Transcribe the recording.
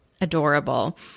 adorable